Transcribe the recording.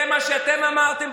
זה מה שאתם אמרתם.